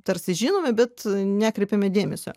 tarsi žinome bet nekreipiame dėmesio